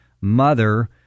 mother